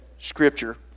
scripture